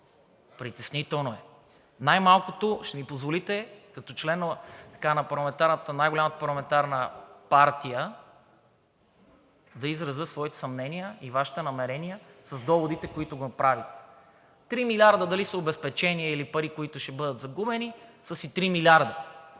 Притеснително е! Най-малкото, ще ми позволите като член на най-голямата парламентарна партия да изразя своите съмнения и Вашите намерения с доводите, които правите. Три милиарда дали са обезпечение, или пари, които ще бъдат загубени, са си три милиарда.